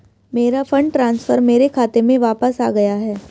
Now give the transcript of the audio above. मेरा fund transfer मेरे खाते में वापस आ गया है